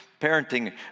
parenting